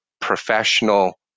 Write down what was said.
professional